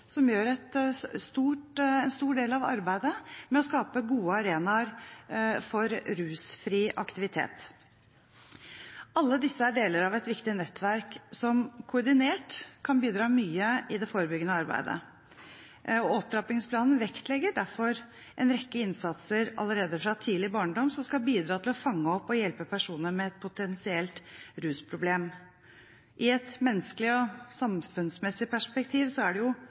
som gjør en stor del av arbeidet med å skape gode arenaer for rusfri aktivitet. Alle disse er deler av et viktig nettverk som koordinert kan bidra mye i det forebyggende arbeidet. Opptrappingsplanen vektlegger derfor en rekke innsatser allerede fra tidlig barndom, som skal bidra til å fange opp og hjelpe personer med et potensielt rusproblem. I et menneskelig og samfunnsmessig perspektiv er det jo